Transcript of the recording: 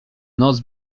noc